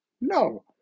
No